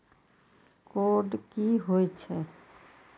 Code की होय छै?